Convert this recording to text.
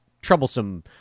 troublesome